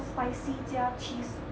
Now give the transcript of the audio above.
spicy 加 cheese